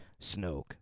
Snoke